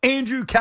Andrew